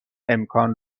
امکان